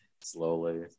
slowly